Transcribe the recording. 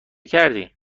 کردی